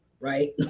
right